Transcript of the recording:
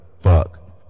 Fuck